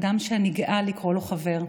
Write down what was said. אדם שאני גאה לקרוא לו חבר,